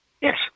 Yes